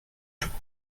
toute